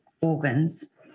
organs